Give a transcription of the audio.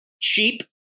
cheap